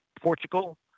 Portugal